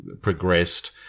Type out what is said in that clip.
progressed